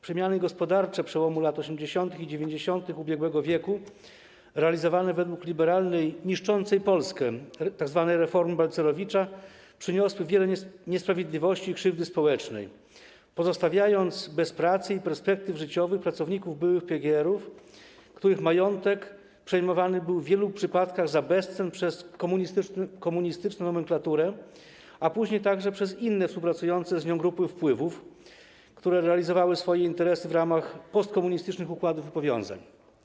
Przemiany gospodarcze przełomu lat 80. i 90. ubiegłego wieku realizowane według liberalnej, niszczącej Polskę tzw. reformy Balcerowicza przyniosły wiele niesprawiedliwości i krzywdy społecznej, pozostawiając bez pracy i perspektyw życiowych pracowników byłych PGR-ów, których majątek przejmowany był w wielu przypadkach za bezcen przez komunistyczną nomenklaturę, a później także przez inne współpracujące z nią grupy wpływów, które realizowały swoje interesy w ramach postkomunistycznych układów i powiązań.